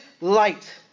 light